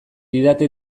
didate